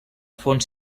font